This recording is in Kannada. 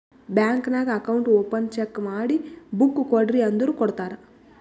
ಬ್ಯಾಂಕ್ ನಾಗ್ ಅಕೌಂಟ್ ಓಪನ್ ಚೆಕ್ ಮಾಡಿ ಬುಕ್ ಕೊಡ್ರಿ ಅಂದುರ್ ಕೊಡ್ತಾರ್